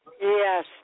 Yes